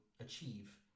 achieve